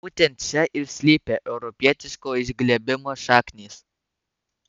būtent čia ir slypi europietiško išglebimo šaknys